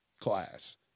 class